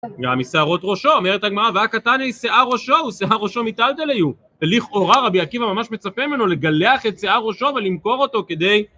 גם משערות ראשו, אומרת הגמרא, "והא קא תני שיער ראשו הוא, שיער ראשו מטלטלי הוא", ולכאורה רבי עקיבא ממש מצפה ממנו לגלח את שיער ראשו ולמכור אותו כדי